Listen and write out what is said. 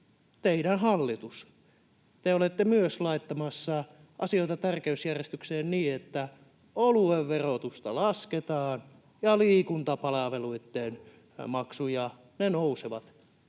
teidän hallitus, olette myös laittamassa asioita tärkeysjärjestykseen niin, että oluen verotusta lasketaan ja liikuntapalveluitten maksut nousevat,